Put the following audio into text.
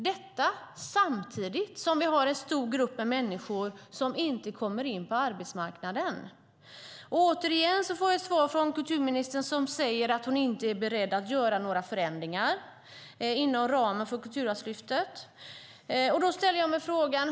Detta sker samtidigt som det finns en stor grupp människor som inte kommer in på arbetsmarknaden. Återigen svarar kulturministern att hon inte är beredd att göra några förändringar inom ramen för Kulturarvslyftet.